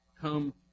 Come